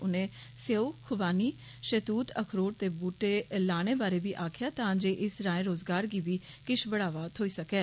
उनें स्यूऊ खोबानी शहतूत अखरोट दे बूटे लाने बारै बी आक्खेआ तां जे इस राए रोजगार गी बी किश बाद्दा थ्होई सकै